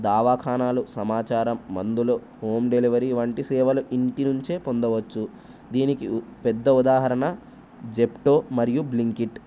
దావాఖానాాలు సమాచారం మందులు home delivery వంటి సేవలు ఇంటి నుంచే పొందవచ్చు దీనికి పెద్ద ఉదాహరణ జెప్టో మరియు బ్లింకిట్